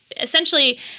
essentially